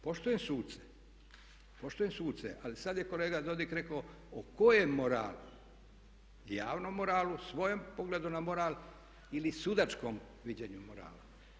Poštujem suce, poštujem suce ali sad je kolega Dodig rekao o kojem moralu, javnom moralu, svojem pogledu na moral ili sudačkom viđenju morala.